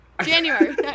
January